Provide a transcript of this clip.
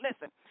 Listen